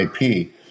IP